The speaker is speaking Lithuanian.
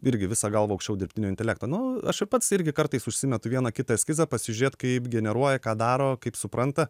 irgi visa galva aukščiau dirbtinio intelekto nu aš ir pats irgi kartais užsimetu vieną kitą eskizą pasižiūrėt kaip generuoja ką daro kaip supranta